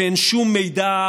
שאין שום מידע,